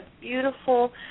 beautiful